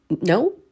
No